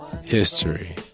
history